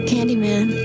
Candyman